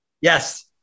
Yes